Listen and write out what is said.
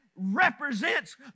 represents